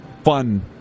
Fun